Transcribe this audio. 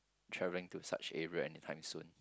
travelling to such area anytime soon